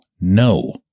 no